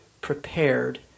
prepared